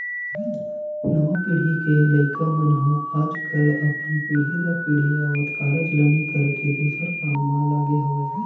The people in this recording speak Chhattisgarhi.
नवा पीढ़ी के लइका मन ह आजकल अपन पीढ़ी दर पीढ़ी आवत कारज ल नइ करके दूसर काम म लगे हवय